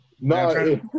No